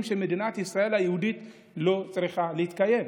שמדינת ישראל היהודית לא צריכה להתקיים.